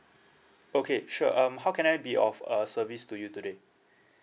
okay sure um how can I be of uh service to you today